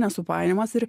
nesupainiojamas ir